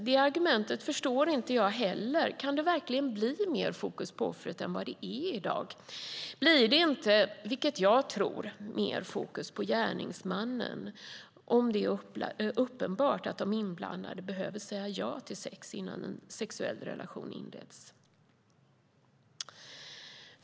Det argumentet förstår jag inte heller. Kan det verkligen bli mer fokus på offret än vad det redan är? Blir det inte mer fokus på gärningsmannen om det blir uppenbart att de inblandade behöver säga ja till sex innan en sexuell relation inleds? Det tror jag.